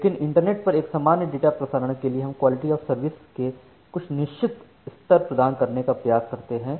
लेकिन इंटरनेट पर एक सामान्य डेटा प्रसारण के लिए हम क्वॉलिटी ऑफ सर्विस के कुछ निश्चित स्तर प्रदान करने का प्रयास करते हैं